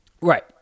right